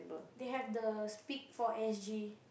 they have the speak for s_g